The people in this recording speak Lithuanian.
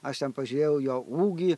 aš ten pažiūrėjau jo ūgį